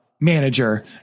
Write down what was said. manager